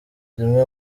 zimwe